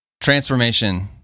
transformation